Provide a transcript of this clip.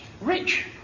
Rich